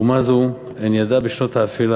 אומה זו הן ידעה גם בשנות האפלה